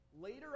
Later